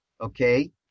okay